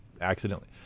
accidentally